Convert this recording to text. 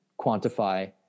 quantify